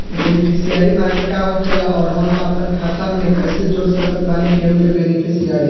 Beneficiary माने का होखेला और हम आपन खाता मे कैसे जोड़ सकत बानी केहु के बेनीफिसियरी?